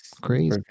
crazy